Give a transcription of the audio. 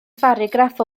pharagraff